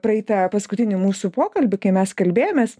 praeitą paskutinį mūsų pokalbį kai mes kalbėjomės